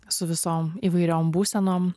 su visom įvairiom būsenom